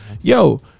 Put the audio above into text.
Yo